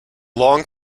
long